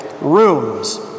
rooms